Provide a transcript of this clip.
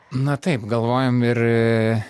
na taip galvojom ir